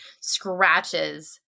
scratches